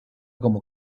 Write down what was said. como